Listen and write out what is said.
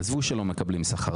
עזבו שלא מקבלים שכר,